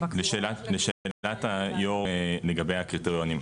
לשאלת היו"ר לגבי הקריטריונים.